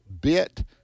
bit